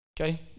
Okay